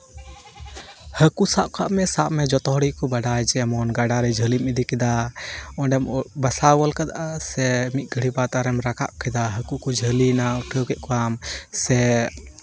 ᱦᱟᱹᱠᱩ ᱥᱟᱵ ᱠᱟᱜ ᱢᱮ ᱥᱟᱵ ᱢᱟ ᱡᱷᱚᱛᱚ ᱦᱚᱲ ᱜᱮᱠᱚ ᱵᱟᱰᱟᱭ ᱡᱮᱢᱚᱱ ᱜᱟᱰᱟ ᱨᱮ ᱡᱷᱟᱹᱞᱤᱢ ᱤᱫᱤ ᱠᱮᱫᱟ ᱚᱸᱰᱮᱢ ᱵᱟᱥᱟᱣ ᱜᱚᱫ ᱠᱟᱫᱟ ᱥᱮ ᱢᱤᱫ ᱜᱷᱟᱹᱲᱤᱡ ᱵᱟᱫᱽ ᱟᱨᱮᱢ ᱨᱟᱠᱟᱵ ᱜᱚᱫ ᱠᱟᱫᱟ ᱦᱟᱹᱠᱩ ᱠᱚ ᱡᱷᱟᱹᱞᱤᱭᱱᱟ ᱩᱴᱷᱟᱹᱣ ᱠᱮᱫ ᱠᱚᱣᱟᱢ ᱥᱮ